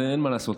ואין מה לעשות,